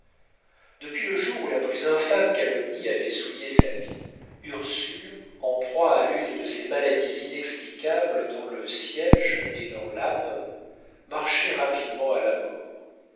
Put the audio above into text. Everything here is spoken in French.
depuis le jour où la plus infâme calomnie avait souillé sa vie ursule en proie à l'une de ces maladies inexplicables dont le siége est dans l'âme marchait rapidement à la mort